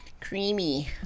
Creamy